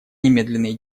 немедленные